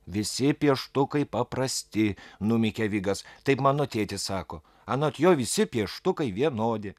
visi pieštukai paprasti numykė vigas taip mano tėtis sako anot jo visi pieštukai vienodi